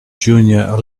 junior